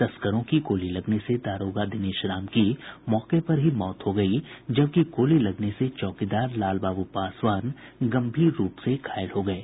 तस्करों की गोली लगने से दारोगा दिनेश राम की मौके पर ही मौत हो गयी जबकि गोली लगने से चौकीदार लाल बाबू पासवान गंभीर रूप से घायल हो गये